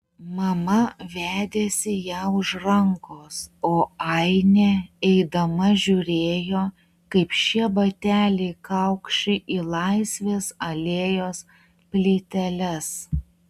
mama vedėsi ją už rankos o ainė eidama žiūrėjo kaip šie bateliai kaukši į laisvės alėjos plyteles